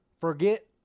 forget